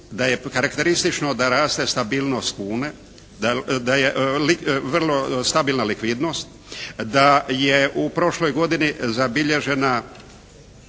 da je karakteristično da raste stabilnost kune, da je vrlo stabilna likvidnost, da je u prošloj godini zabilježena